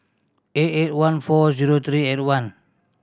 eight eight one four zero three eight one